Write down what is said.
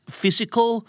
physical